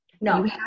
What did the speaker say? No